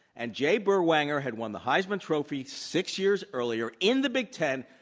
and jay berwanger had won the heisman trophy six years earlier in the big ten.